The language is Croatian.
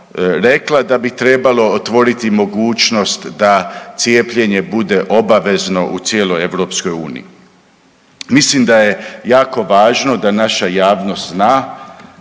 rekla da bi trebalo otvoriti mogućnost da cijepljenje bude obavezno u cijeloj EU. Mislim da je jako važno da naša javnost zna